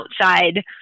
outside